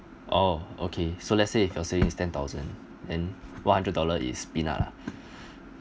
oh okay so let's say if your saving is ten thousand and one hundred dollar is peanut lah